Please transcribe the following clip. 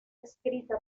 escrita